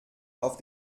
auf